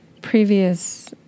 previous